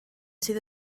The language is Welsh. sydd